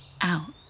out